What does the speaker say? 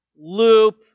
loop